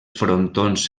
frontons